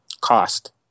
cost